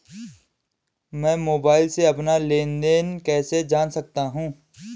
मैं मोबाइल से अपना लेन लेन देन कैसे जान सकता हूँ?